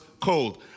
cold